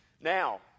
Now